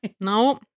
No